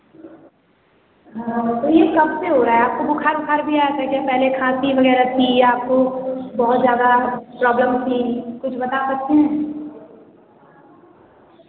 हाँ तो यह कब से हो रहा है आपको बुखार वुखार भी आया था कि पहले खाँसी वगैरह थी आपको बोहौत ज़्यादा प्रॉब्लम थी कुछ बता सकते हैं